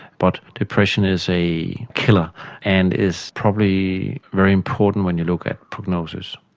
but depression is a killer and is probably very important when you look at prognosis.